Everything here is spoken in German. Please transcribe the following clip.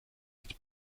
nicht